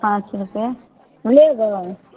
पाँच रुपैए लेबै